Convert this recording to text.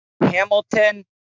Hamilton